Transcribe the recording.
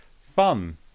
fun